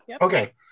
okay